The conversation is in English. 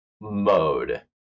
mode